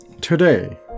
Today